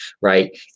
right